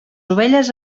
ovelles